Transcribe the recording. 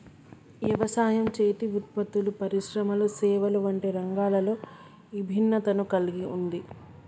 యవసాయం, చేతి వృత్తులు పరిశ్రమలు సేవలు వంటి రంగాలలో ఇభిన్నతను కల్గి ఉంది